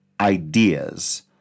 ideas